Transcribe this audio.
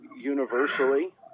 universally